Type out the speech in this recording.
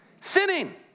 Sinning